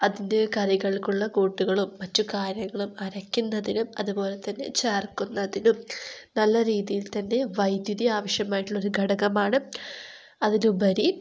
അതിൻ്റെ കറികൾക്കുള്ള കൂട്ടുകളും മറ്റു കാര്യങ്ങളും അരയ്ക്കുന്നതിനും അതുപോലെതന്നെ ചേർക്കുന്നതിനും നല്ല രീതിയിൽ തന്നെ വൈദ്യുതി ആവശ്യമായിട്ടുള്ളൊരു ഘടകമാണ് അതിലുപരി